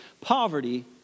Poverty